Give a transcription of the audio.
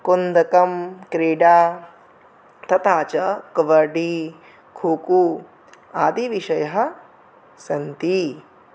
कन्दकक्रीडा तथा च कबड्डी खोको आदिविषयः सन्ति